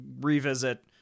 revisit